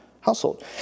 Household